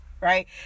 right